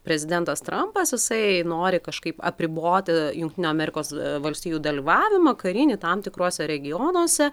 prezidentas trampas jisai nori kažkaip apriboti jungtinių amerikos valstijų dalyvavimą karinį tam tikruose regionuose